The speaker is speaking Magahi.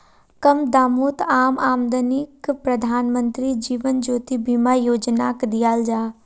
कम दामोत आम आदमीक प्रधानमंत्री जीवन ज्योति बीमा योजनाक दियाल जाहा